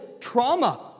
trauma